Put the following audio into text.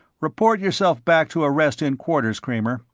report yourself back to arrest in quarters, kramer,